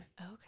Okay